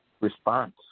response